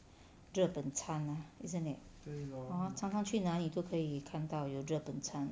日本餐 ah isn't it hor 常常去哪里都可以看到有日本餐